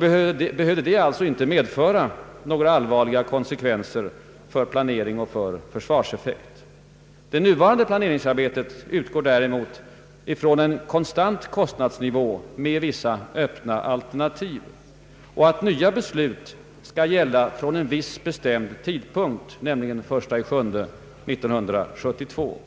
behövde det inte medföra några allvarliga konsekvenser för planeringen och försvarseffekten. Det nuvarande planeringsarbetet utgår däremot från en konstant kostnadsnivå med vissa öppna alternativ och från att nya beslut skall gälla från en viss bestämd tidpunkt, nämligen den 1 juli 1972.